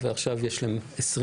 ועכשיו יש 22